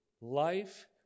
life